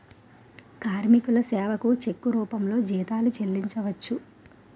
కార్మికుల సేవకు చెక్కు రూపంలో జీతాలు చెల్లించవచ్చు